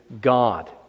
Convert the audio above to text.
God